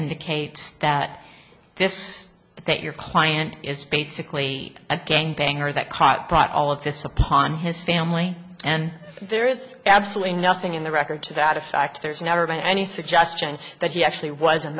indicate that this that your client is basically a gang banger that caught brought all of this upon his family and there is absolutely nothing in the record to that effect there's never been any suggestion that he actually was a